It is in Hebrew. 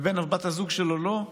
ובן או בת הזוג שלו לא?